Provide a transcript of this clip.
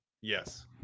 Yes